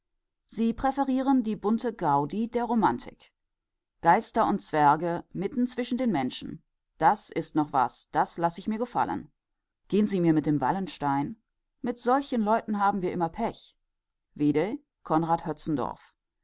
sie präferieren die bunte gaudi der romantik geister und zwerge mitten zwischen den menschen das ist noch was das laß ich mir gefallen gehen sie mir mit dem wallenstein mit solchen leuten haben wir immer pech vide conrad